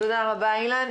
תודה רבה, אילן.